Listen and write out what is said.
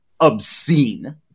obscene